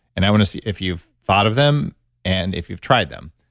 and i want to see if you've thought of them and if you've tried them.